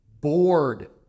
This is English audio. bored